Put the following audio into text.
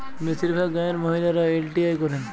বেশিরভাগ গাঁয়ের মহিলারা এল.টি.আই করেন